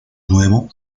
nuevo